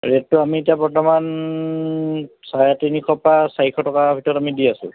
ৰে'টটো আমি এতিয়া বৰ্তমান চাৰে তিনিশৰ পৰা চাৰিশ টকাৰ ভিতৰত আমি দি আছোঁ